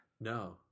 No